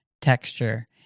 texture